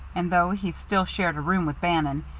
and though he still shared a room with bannon,